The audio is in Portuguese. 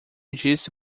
disse